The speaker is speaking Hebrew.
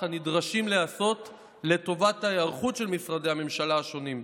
שנדרש לעשות לטובת היערכות משרדי הממשלה השונים.